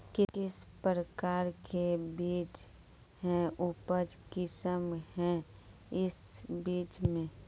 किस प्रकार के बीज है उपज कुंसम है इस बीज में?